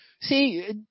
See